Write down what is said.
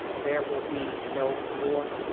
there will be no more.